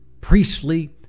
priestly